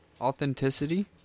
Authenticity